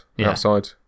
outside